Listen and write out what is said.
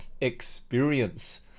experience